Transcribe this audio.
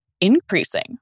increasing